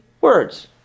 words